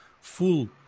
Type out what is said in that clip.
full